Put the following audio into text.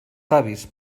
savis